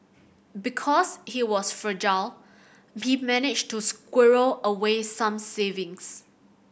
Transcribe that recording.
because he was frugal he managed to squirrel away some savings